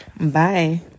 bye